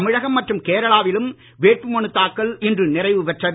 தமிழகம் மற்றும் கேரளாவிலும் வேட்புமனு தாக்கல் இன்று நிறைவு பெற்றது